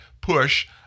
push